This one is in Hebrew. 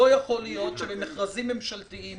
ייתכן שבמכרזים ממשלתיים